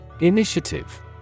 Initiative